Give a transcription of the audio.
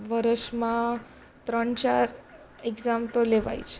વર્ષમાં ત્રણ ચાર એક્ઝામ તો લેવાય જ